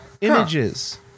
Images